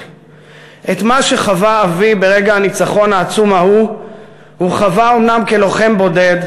את מה שחווה אבי ברגע הניצחון העצום ההוא הוא חווה אומנם כלוחם בודד,